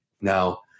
now